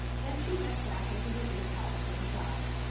then she went back into her big house with a sigh.